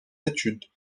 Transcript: études